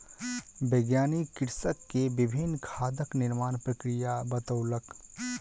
वैज्ञानिक कृषक के विभिन्न खादक निर्माण प्रक्रिया बतौलक